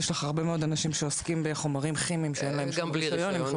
יש לך הרבה מאוד אנשים שעוסקים בחומרים כימיים שאין להם שום רישיון.